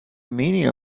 meaning